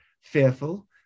fearful